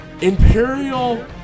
Imperial